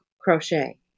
Crochet